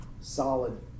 solid